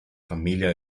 familia